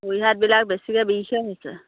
ভৰি হাতবিলাক বেছিকৈ বিষহে হৈছে